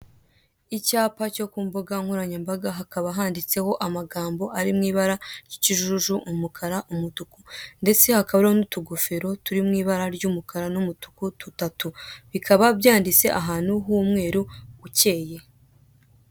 Icyapa cyo ku mbuga nkoranyambaga hakaba handitseho amagambo ari mu ibara ry'ikijuju, umukara, umutuku ndetse hakaba hariho n'utugofero turi mu ibara ry'umukara n'umutuku dutatu, bikaba byannditse ahantu h'umweru ukeye.